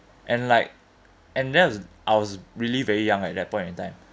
and like and there's I was really very young at that point in time